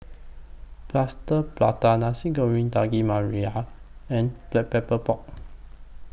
Plaster Prata Nasi Goreng Daging Merah and Black Pepper Pork